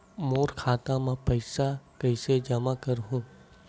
मोर खाता म पईसा कइसे जमा करहु?